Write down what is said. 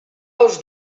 ous